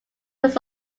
was